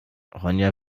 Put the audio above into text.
ronja